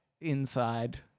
inside